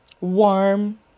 Warm